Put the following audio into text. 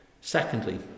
Secondly